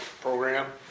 program